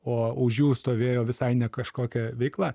o už jų stovėjo visai ne kažkokia veikla